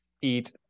eat